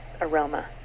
aroma